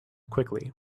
quickly